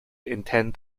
intend